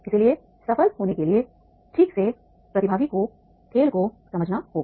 इसलिए सफल होने के लिए ठीक से प्रतिभागी को खेल को समझना चाहिए